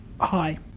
Hi